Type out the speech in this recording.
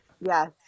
Yes